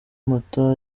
moto